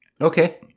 Okay